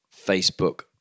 Facebook